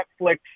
Netflix